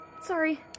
Sorry